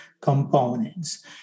components